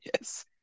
Yes